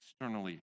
externally